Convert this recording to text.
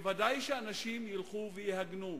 ודאי שאנשים ילכו ויגנו,